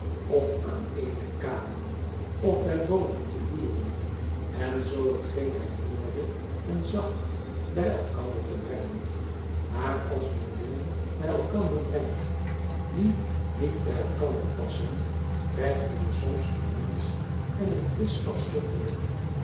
of aan eene kade of bij booten te loeren en zoo hetgeen hij hoorde en za bij elkander te brengen maar als men dingen bij elkander brengt die niet bij elkander passen krijgt men soms een mensch n een visch aonderlijk